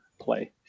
play